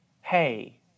hey